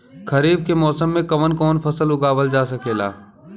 खरीफ के मौसम मे कवन कवन फसल उगावल जा सकेला?